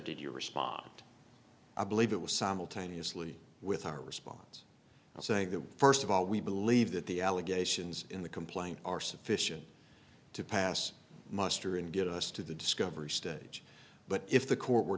did you respond i believe it was simultaneously with our response well saying that first of all we believe that the allegations in the complaint are sufficient to pass muster and get us to the discovery stage but if the court were